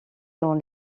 dans